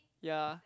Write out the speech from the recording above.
ya